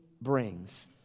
brings